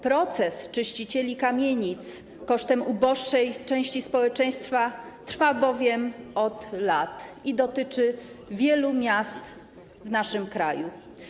Proces czyścicieli kamienic kosztem uboższej części społeczeństwa trwa bowiem od lat i dotyczy wielu miast w naszym kraju.